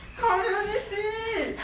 community